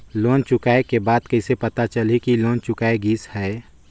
Loan चुकाय के बाद कइसे पता चलही कि लोन चुकाय गिस है?